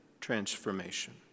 Transformation